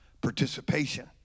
participation